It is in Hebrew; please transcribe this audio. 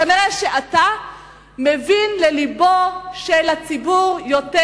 כנראה אתה מבין ללבו של הציבור יותר,